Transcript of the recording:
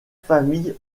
famille